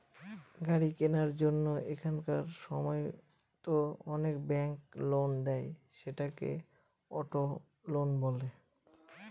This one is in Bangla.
গাড়ি কেনার জন্য এখনকার সময়তো অনেক ব্যাঙ্ক লোন দেয়, সেটাকে অটো লোন বলে